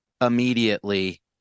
immediately